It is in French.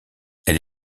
elle